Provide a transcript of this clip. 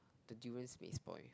the durians may spoil